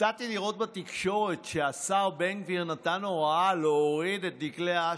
הופתעתי לראות בתקשורת שהשר בן גביר נתן הוראה להוריד את דגלי אש"ף,